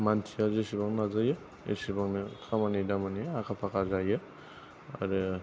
मानसिया जेसेबां नाजायो एसेबांनो खामानि दामानि आखा फाखा जायो आरो